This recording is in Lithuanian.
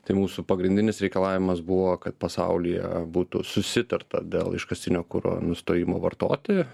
tai mūsų pagrindinis reikalavimas buvo kad pasaulyje būtų susitarta dėl iškastinio kuro nustojimo vartoti